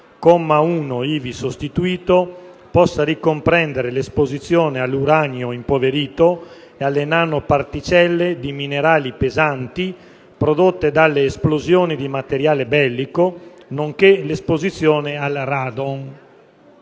comma 1, ivi sostituito, possa ricomprendere l'esposizione all'uranio impoverito e alle nanoparticelle di minerali pesanti prodotte dalle esplosioni di materiale bellico, nonché l'esposizione al radon».